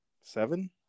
seven